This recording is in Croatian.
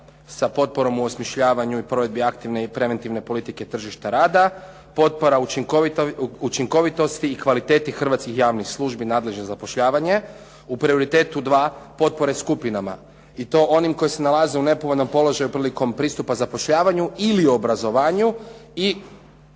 sa potporom u osmišljavanju i provedbi aktivne i preventivne politike tržišta rada, potpora učinkovitosti i kvaliteti hrvatskih javnih službi nadležni za zapošljavanje, u prioritetu 2 potpore skupinama i to onim koji se nalaze u nepovoljnom položaju prilikom pristupa zapošljavanju ili obrazovanju i